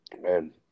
Man